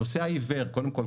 נוסע עיוור קודם כל,